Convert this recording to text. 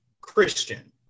Christian